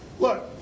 Look